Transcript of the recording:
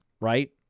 right